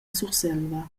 surselva